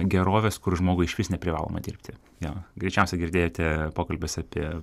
gerovės kur žmogui išvis neprivaloma dirbti jo greičiausia girdėjote pokalbis apie